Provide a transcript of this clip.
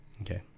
okay